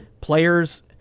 players